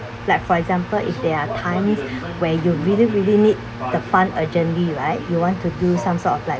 like for example if there are times where you really really need the fund urgently right you want to do some sort of like